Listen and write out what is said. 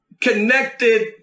connected